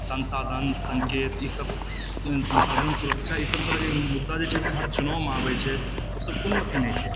संसाधन सङ्केत ई सब संसाधन सुरक्षा ई सब तरहकेँ मुद्दा जे छै से हर चुनावमे आबए छै ओ सब कोनो अथी नहि छै